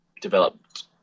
developed